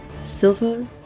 Silver